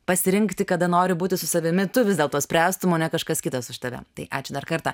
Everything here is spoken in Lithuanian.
pasirinkti kada nori būti su savimi tu vis dėlto spręstų mane kažkas kitas už tave tai ačiū dar kartą